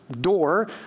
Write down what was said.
door